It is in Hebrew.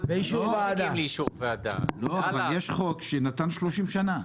יש חוק שנקבע בו 30 שנים.